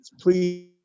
Please